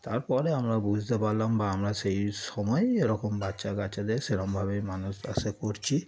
তার পরে আমরা বুঝতে পারলাম বা আমরা সেই সময়ে এরকম বাচ্চা কাচ্চাদের সেরকমভাবেই মানুষ আর সে করছি